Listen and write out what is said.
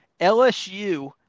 LSU